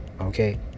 Okay